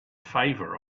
favor